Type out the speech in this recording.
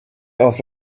off